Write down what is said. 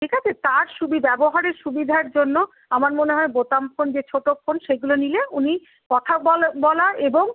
ঠিক আছে তার সুবিধা ব্যবহারের সুবিধার জন্য আমার মনে হয় বোতাম ফোন যে ছোটো ফোন সেগুলো নিলে উনি কথা বলার এবং